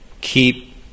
Keep